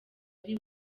ari